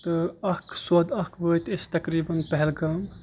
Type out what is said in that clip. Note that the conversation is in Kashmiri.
تہٕ اکھ سودٕ اکھ وٲتۍ أسۍ تقریٖبن پہلگام